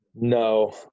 No